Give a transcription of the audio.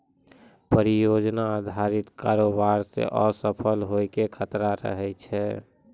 परियोजना अधारित कारोबार मे असफल होय के खतरा रहै छै